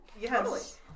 Yes